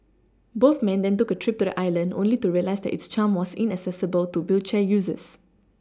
both men then took a trip to the island only to realise that its charm was inaccessible to wheelchair users